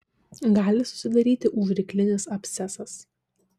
gali susidaryti užryklinis abscesas